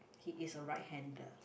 he is a right handed